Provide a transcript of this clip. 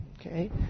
Okay